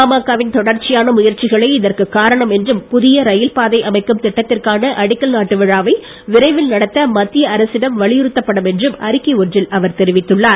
பாமக வின் தொடர்ச்சியான முயற்சிகளே இதற்கு காரணம் என்றும் புதிய ரயில்பாதை அமைக்கும் திட்டத்திற்கான அடிக்கல் நாட்டு விழாவை விரைவில் நடத்த மத்திய அரசிடம் வலியுறுத்தப்படும் என்றும் அறிக்கை ஒன்றில் அவர் தெரிவித்துள்ளார்